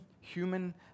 human